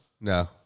No